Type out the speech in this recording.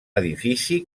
edifici